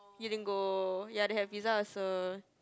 you din go ya they have pizza also